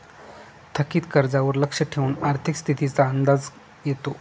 थकीत कर्जावर लक्ष ठेवून आर्थिक स्थितीचा अंदाज येतो